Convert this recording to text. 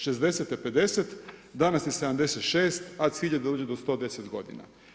60-te 50, danas je 76, a cilj je da uđe do 110 godina.